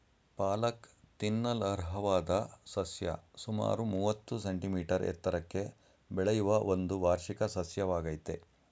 ಪಾಲಕ್ ತಿನ್ನಲರ್ಹವಾದ ಸಸ್ಯ ಸುಮಾರು ಮೂವತ್ತು ಸೆಂಟಿಮೀಟರ್ ಎತ್ತರಕ್ಕೆ ಬೆಳೆಯುವ ಒಂದು ವಾರ್ಷಿಕ ಸಸ್ಯವಾಗಯ್ತೆ